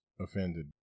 offended